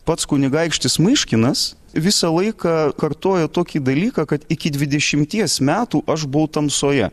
pats kunigaikštis myškinas visą laiką kartojo tokį dalyką kad iki dvidešimties metų aš buvau tamsoje